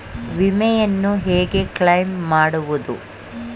ವಿಮೆಯನ್ನು ಹೇಗೆ ಕ್ಲೈಮ್ ಮಾಡುವುದು?